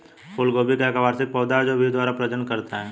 फूलगोभी एक वार्षिक पौधा है जो बीज द्वारा प्रजनन करता है